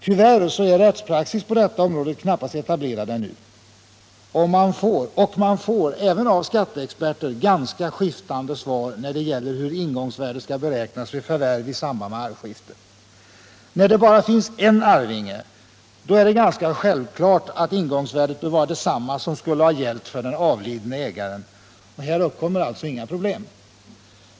Tyvärr är rättspraxis på detta område knappast etablerad ännu, och man får — även av skatteexperter — ganska skiftande svar när det gäller hur ingångsvärdet skall beräknas vid förvärv i samband med arvskifte. När det finns bara en arvtagare är det ganska självklart att ingångsvärdet bör vara detsamma som skulle ha gällt för den avlidne ägaren. Här uppkommer alltså inga problem.